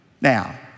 Now